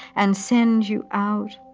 and send you out,